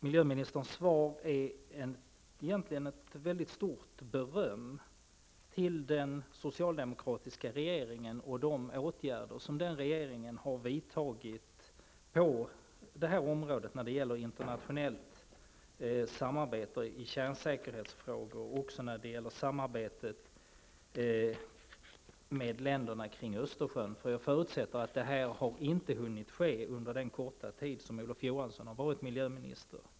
Miljöministerns svar är egentligen ett mycket stort beröm av den socialdemokratiska regeringen och de åtgärder som den regeringen vidtagit när det gäller internationellt samarbete i kärnsäkerhetsfrågor och även när det gäller samarbetet med länderna kring Östersjön. Jag förutsätter att det som Olof Johansson talar om i sitt svar inte hunnit ske under den korta tid som han varit miljöminister.